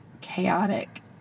chaotic